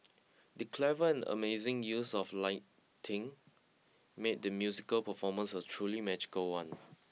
the clever and amazing use of lighting made the musical performance a truly magical one